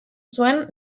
zuen